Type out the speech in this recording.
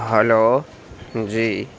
hello جی